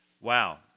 Wow